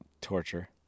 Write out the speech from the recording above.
torture